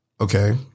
Okay